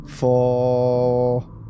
Four